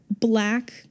black